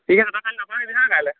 ঠিক আছে তাই কাইলৈ নাপাহৰিবি হা কাইলৈ